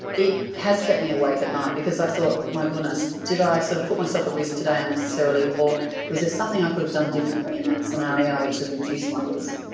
it has kept me awake at night because i thought, my goodness, did i sort of put myself at risk today unnecessarily, or was there something i could have done differently in that scenario to reduce my risk?